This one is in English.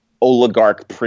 oligarch